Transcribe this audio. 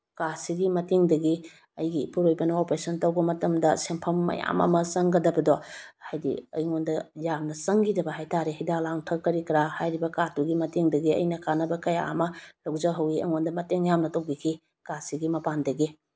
ꯀꯥꯔꯗꯁꯤꯒꯤ ꯃꯇꯦꯡꯗꯒꯤ ꯑꯩꯒꯤ ꯏꯄꯨꯔꯑꯣꯏꯕꯅ ꯑꯣꯄꯔꯦꯁꯟ ꯇꯧꯕ ꯃꯇꯝꯗ ꯁꯦꯟꯐꯝ ꯃꯌꯥꯝ ꯑꯃ ꯆꯪꯒꯗꯕꯗꯣ ꯍꯥꯏꯗꯤ ꯑꯩꯉꯣꯟꯗ ꯌꯥꯝꯅ ꯆꯪꯈꯤꯗꯕ ꯍꯥꯏꯇꯔꯦ ꯍꯤꯗꯥꯛ ꯂꯥꯡꯊꯛ ꯀꯔꯤ ꯀꯥꯔꯥ ꯍꯥꯏꯔꯤꯕ ꯀꯥꯔꯗ ꯑꯗꯨꯒꯤ ꯃꯇꯦꯡꯗꯒꯤ ꯑꯩꯅ ꯀꯥꯟꯅꯕ ꯀꯌꯥ ꯑꯃ ꯂꯧꯖꯍꯧꯏ ꯑꯩꯉꯣꯟꯗ ꯃꯇꯦꯡ ꯌꯥꯝꯅ ꯇꯧꯕꯤꯈꯤ ꯀꯥꯔꯗꯁꯤꯒꯤ ꯃꯄꯥꯟꯗꯒꯤ